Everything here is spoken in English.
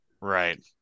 Right